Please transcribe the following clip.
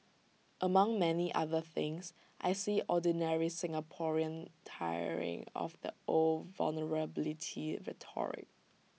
among many other things I see ordinary Singaporean tiring of the old vulnerability rhetoric